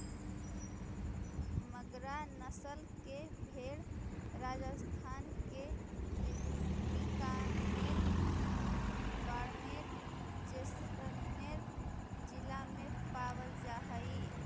मगरा नस्ल के भेंड़ राजस्थान के बीकानेर, बाड़मेर, जैसलमेर जिला में पावल जा हइ